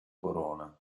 corona